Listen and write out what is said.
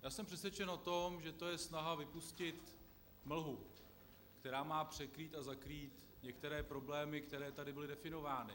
Já jsem přesvědčen o tom, že to je snaha vypustit mlhu, která má překrýt a zakrýt některé problémy, které tady byly definovány.